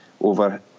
over